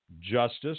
Justice